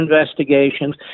investigations